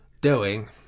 Doing